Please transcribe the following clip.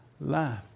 Life